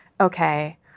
okay